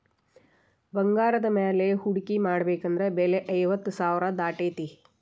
ಬಂಗಾರದ ಮ್ಯಾಲೆ ಹೂಡ್ಕಿ ಮಾಡ್ಬೆಕಂದ್ರ ಬೆಲೆ ಐವತ್ತ್ ಸಾವ್ರಾ ದಾಟೇತಿ